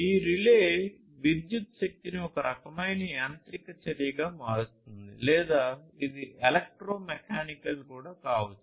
ఈ రిలే విద్యుత్ శక్తిని ఒక రకమైన యాంత్రిక చర్యగా మారుస్తుంది లేదా ఇది ఎలక్ట్రోమెకానికల్ కూడా కావచ్చు